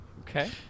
okay